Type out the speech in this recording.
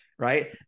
right